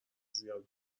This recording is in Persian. زیاد